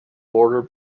boarder